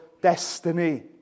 destiny